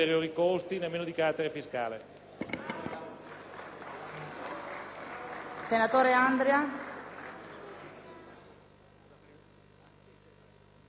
senatore Andria